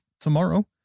tomorrow